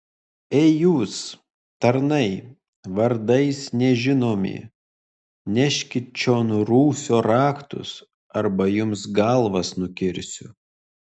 ei jūs tarnai vardais nežinomi neškit čion rūsio raktus arba jums galvas nukirsiu